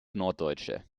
norddeutsche